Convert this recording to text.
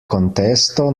contesto